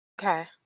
Okay